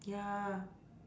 ya